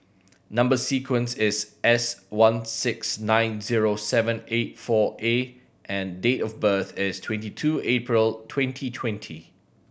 number sequence is S one six nine zero seven eight four A and date of birth is twenty two April twenty twenty